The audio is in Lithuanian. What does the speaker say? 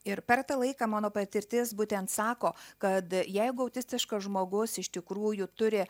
ir per tą laiką mano patirtis būtent sako kad jeigu autistiškas žmogus iš tikrųjų turi